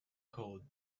could